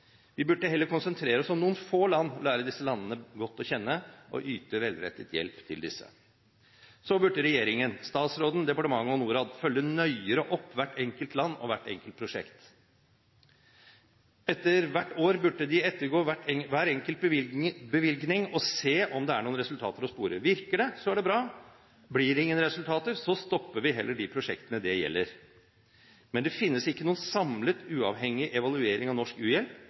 lære disse landene godt å kjenne og yte velrettet hjelp til dem. Så burde regjeringen, statsråden, departementet og Norad følge nøyere opp hvert enkelt land og hvert enkelt prosjekt. Etter hvert år burde de ettergå hver enkelt bevilgning og se om det er noen resultater å spore. Virker det, er det bra, blir det ingen resultater, så stopper vi heller de prosjektene det gjelder. Men det finnes ikke noen samlet uavhengig evaluering av norsk